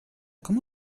com